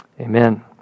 Amen